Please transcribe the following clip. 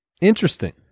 interesting